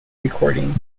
recording